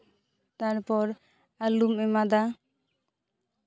ᱛᱟᱨᱯᱚᱨ ᱟᱹᱞᱩᱢ ᱮᱢᱟᱫᱟ